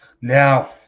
Now